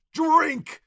drink